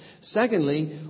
Secondly